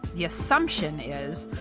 the assumption is,